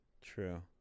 true